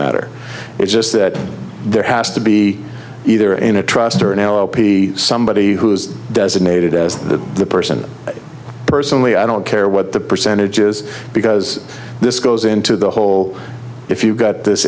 matter it's just that there has to be either in a trust or an lp somebody who's designated as the person personally i don't care what the percentage is because this goes into the whole if you've got this